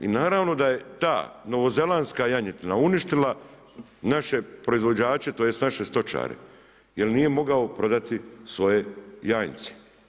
I naravno da je ta novozelandska janjetina uništila naše proizvođače tj. naše stočare jer nije mogao prodati svoje janjce.